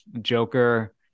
Joker